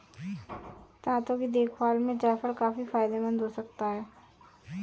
दांतों की देखभाल में जायफल काफी फायदेमंद हो सकता है